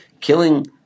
killing